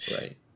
Right